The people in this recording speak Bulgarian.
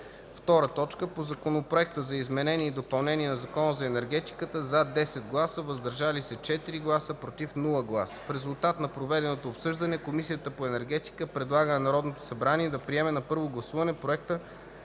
гласа 2. По Законопроекта за изменение и допълнение на Закона за енергетика: „за” – 10 гласа, „въздържали се” – 4 гласа, „против” – няма. В резултат на проведеното обсъждане Комисията по енергетика предлага на Народното събрание да приеме на първо гласуване Проекта